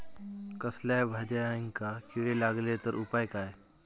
कसल्याय भाजायेंका किडे लागले तर उपाय काय?